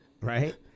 right